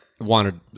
wanted